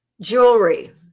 jewelry